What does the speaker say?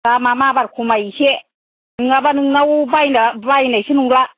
दामा माबार खमाय इसे नङाबा नोंनाव बायनो बायनायसो नंला